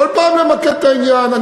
כל פעם למקד את העניין,